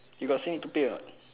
he got say need to pay or not